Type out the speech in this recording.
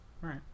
right